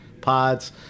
pods